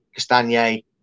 Castagne